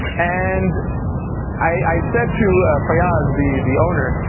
and i said to fayaz, the the owner,